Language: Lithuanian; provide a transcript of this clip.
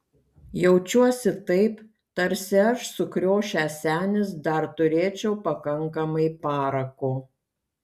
jaučiuosi taip tarsi aš sukriošęs senis dar turėčiau pakankamai parako